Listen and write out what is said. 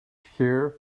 shear